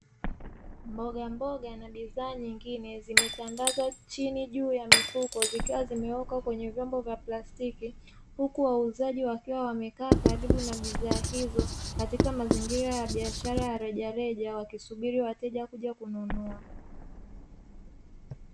Mbogamboga na bidhaa nyingine zimetandazwa chini juu ya mifuko zikiwa zimewekwa kwenye vyombo vya plastiki, huku wauzaji wakiwa wamekaa karibu na bidhaa hizo katika mazingira ya biashara ya rejareja wakisubiri wateja kuja kununua.